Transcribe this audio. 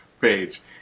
page